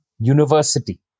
university